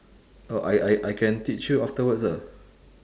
oh I I I can teach you afterwards ah